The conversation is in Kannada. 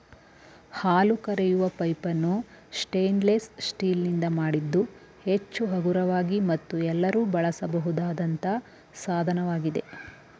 ಹಾಲು ಕರೆಯುವ ಪೈಪನ್ನು ಸ್ಟೇನ್ಲೆಸ್ ಸ್ಟೀಲ್ ನಿಂದ ಮಾಡಿದ್ದು ಹೆಚ್ಚು ಹಗುರವಾಗಿ ಮತ್ತು ಎಲ್ಲರೂ ಬಳಸಬಹುದಾದಂತ ಸಾಧನವಾಗಿದೆ